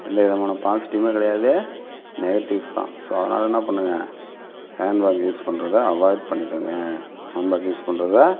எந்தவிதமான பாசிட்டிவுமே கிடையாது நெகட்டிவ்ஸ்தான் ஸோ அதனால் என்ன பண்ணுங்க ஹேண்ட்பேக் யூஸ் பண்றதை அவாய்ட் பண்ணிடுங்க ஹேண்ட்பேக் யூஸ் பண்றதை